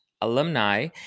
alumni